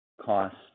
cost